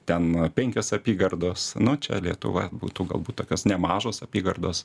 ten penkios apygardos nu čia lietuva būtų galbūt tokios nemažos apygardos